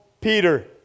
Peter